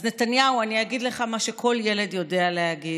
אז נתניהו, אני אגיד לך מה שכל ילד יודע להגיד: